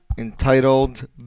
Entitled